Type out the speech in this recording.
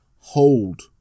hold